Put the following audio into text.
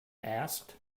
asked